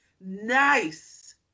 nice